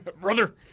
brother